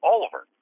Oliver